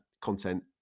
content